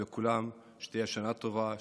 ולכולם שתהיה שנה טובה,